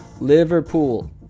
Liverpool